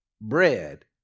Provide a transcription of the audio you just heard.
bread